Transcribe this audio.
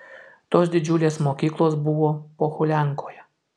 tos didžiulės mokyklos buvo pohuliankoje